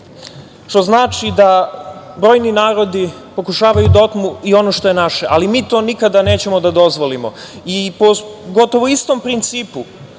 To znači da brojni narodi pokušavaju da otmu i ono što je naše, ali mi to nikada nećemo da dozvolimo. Po gotovo istom principu